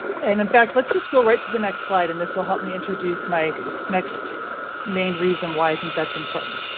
and in fact, let's just go right to the next slide and this will help me introduce my next main reason why i think that's important.